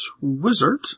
wizard